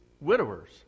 widowers